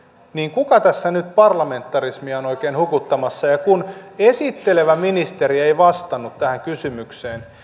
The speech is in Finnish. kuka tässä nyt parlamentarismia on oikein hukuttamassa kun esittelevä ministeri ei vastannut tähän kysymykseen